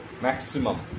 maximum